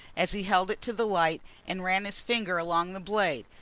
as he held it to the light, and ran his finger along the blade.